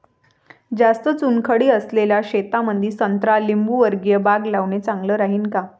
जास्त चुनखडी असलेल्या शेतामंदी संत्रा लिंबूवर्गीय बाग लावणे चांगलं राहिन का?